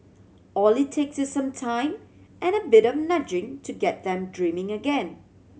all it takes is some time and a bit of nudging to get them dreaming again